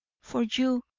for you,